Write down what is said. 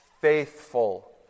faithful